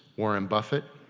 warren buffett.